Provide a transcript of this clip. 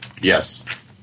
Yes